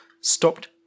stopped